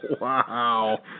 wow